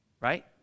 right